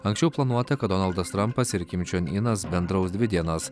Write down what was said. anksčiau planuota kad donaldas trampas ir kim čong inas bendraus dvi dienas